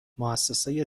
مؤسسه